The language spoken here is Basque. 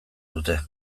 dute